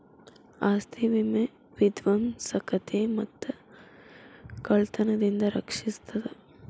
ಆಸ್ತಿ ವಿಮೆ ವಿಧ್ವಂಸಕತೆ ಮತ್ತ ಕಳ್ತನದಿಂದ ರಕ್ಷಿಸ್ತದ